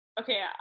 okay